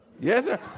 yes